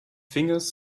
fingers